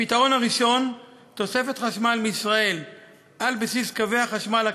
הפתרון הראשון: תוספת חשמל מישראל על בסיס קווי החשמל הקיימים,